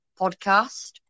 podcast